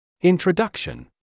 Introduction